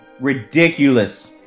ridiculous